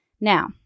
Now